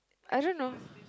I don't know